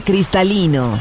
Cristalino